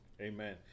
Amen